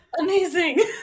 amazing